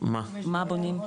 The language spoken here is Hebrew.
מה בונים?